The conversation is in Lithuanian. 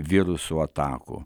virusų atakų